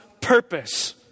purpose